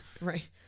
right